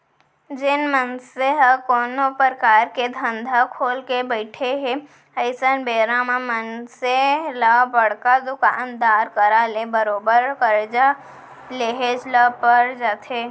जेन मनसे ह कोनो परकार के धंधा खोलके बइठे हे अइसन बेरा म मनसे ल बड़का दुकानदार करा ले बरोबर करजा लेहेच ल पर जाथे